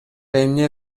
эмне